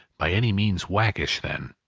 by any means waggish then.